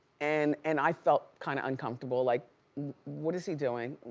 and and i felt kinda uncomfortable, like what is he doing?